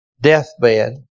deathbed